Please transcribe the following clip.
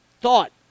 Thought